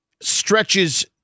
stretches